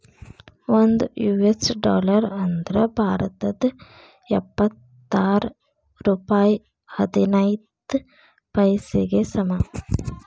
ಒಂದ್ US dollar ಅಂದ್ರ ಭಾರತದ್ ಎಪ್ಪತ್ತಾರ ರೂಪಾಯ್ ಹದಿನೈದ್ ಪೈಸೆಗೆ ಸಮ